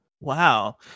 Wow